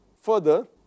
further